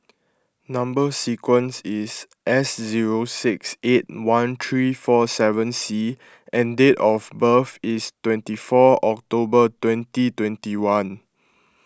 Number Sequence is S zero six eight one three four seven C and date of birth is twenty four October twenty twenty one